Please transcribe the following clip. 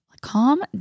calm